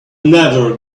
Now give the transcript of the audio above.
never